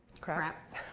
crap